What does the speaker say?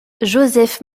joseph